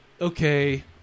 okay